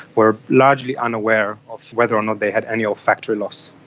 were largely unaware of whether or not they had any olfactory loss.